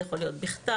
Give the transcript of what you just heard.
זה יכול להיות בכתב,